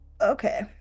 Okay